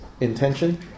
intention